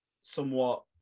somewhat